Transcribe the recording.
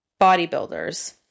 bodybuilders